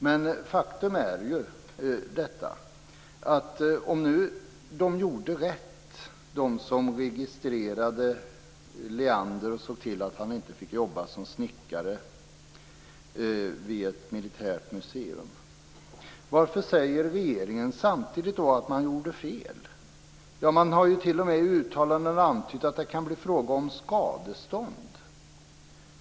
Men om de gjorde rätt, de som registrerade Leander och såg till att han inte fick jobba som snickare vid ett militärt museum, varför säger då regeringen samtidigt att det var fel? Man har t.o.m. i uttalanden antytt att det kan bli fråga om skadestånd.